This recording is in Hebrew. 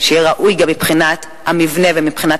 שיהיה ראוי גם מבחינת המבנה ומבחינת